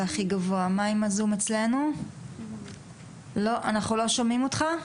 אנחנו לא שומעים אותך.